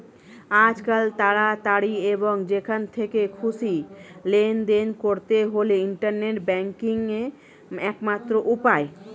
আজকাল তাড়াতাড়ি এবং যেখান থেকে খুশি লেনদেন করতে হলে ইন্টারনেট ব্যাংকিংই একমাত্র উপায়